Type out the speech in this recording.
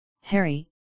Harry